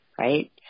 Right